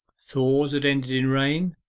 thaws had ended in rain,